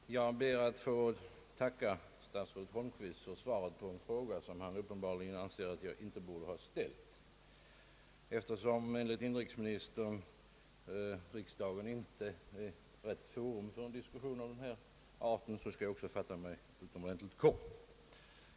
Herr talman! Jag ber att få tacka statsrådet Holmqvist för svaret på min fråga som han uppenbarligen anser att jag inte borde ha ställt. Eftersom enligt inrikesministern riksdagen inte är rätt forum för en diskussion av denna fråga skall jag också fatta mig mycket kort.